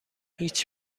هیچ